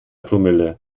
promille